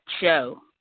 show